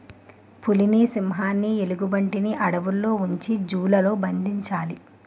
పులిని సింహాన్ని ఎలుగుబంటిని అడవుల్లో ఉంచి జూ లలో బంధించాలి